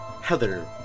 Heather